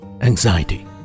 anxiety